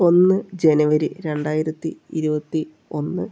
ഒന്ന് ജനുവരി രണ്ടായിരത്തി ഇരുപത്തി ഒന്ന്